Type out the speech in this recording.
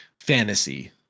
fantasy